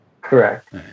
Correct